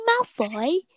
Malfoy